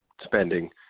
spending